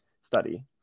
study